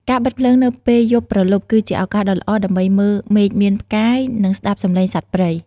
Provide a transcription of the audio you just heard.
ការបិទភ្លើងនៅពេលយប់ព្រលប់ គឺជាឱកាសដ៏ល្អដើម្បីមើល មេឃមានផ្កាយ និងស្តាប់សម្លេងសត្វព្រៃ។